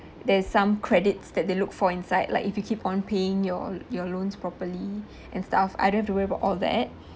there's some credits that they look for inside like if you keep on paying your l~ your loans properly instead of I don't have to worry about all that